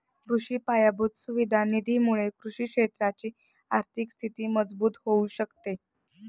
कृषि पायाभूत सुविधा निधी मुळे कृषि क्षेत्राची आर्थिक स्थिती मजबूत होऊ शकते